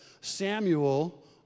Samuel